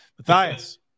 Matthias